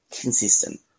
consistent